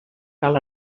cal